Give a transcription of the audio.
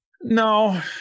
No